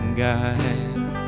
guide